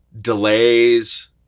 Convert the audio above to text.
delays